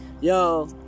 Yo